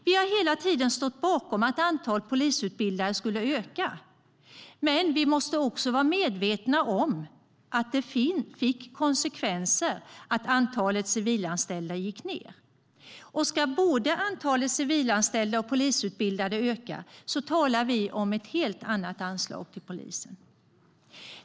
Vi har hela tiden stått bakom att antalet polisutbildade skulle öka. Men vi måste vara medvetna om att det fick konsekvensen att antalet civilanställda gick ned. Ska både antalet civilanställda och antalet polisutbildade öka talar vi om ett helt annat anslag till polisen.